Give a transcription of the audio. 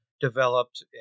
developed